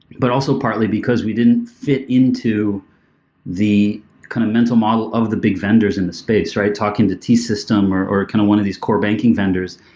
but also partly because we didn't fit into the kind of mental model of the big vendors in the space, right? talking to t system or or kind of one of these core banking vendors.